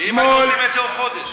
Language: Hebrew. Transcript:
ואם היינו עושים את זה עוד חודש?